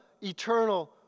eternal